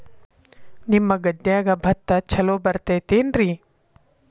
ನಿಮ್ಮ ಗದ್ಯಾಗ ಭತ್ತ ಛಲೋ ಬರ್ತೇತೇನ್ರಿ?